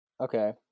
Okay